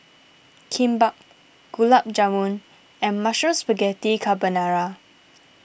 Kimbap Gulab Jamun and Mushroom Spaghetti Carbonara